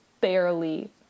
barely